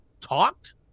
talked